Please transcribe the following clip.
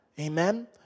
Amen